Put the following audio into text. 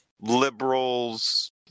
liberals